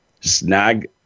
snag